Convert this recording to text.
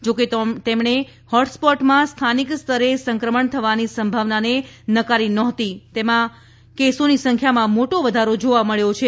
જો કે તેમણે હોટસ્પોટ્સમાં સ્થાનિક સ્તરે સંક્રમણ થવાની સંભાવનાને નકારી ન હતી જેમાં કેસોની સંખ્યામાં મોટો વધારો જોવા મળ્યો છે